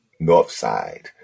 Northside